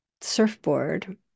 surfboard